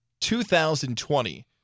2020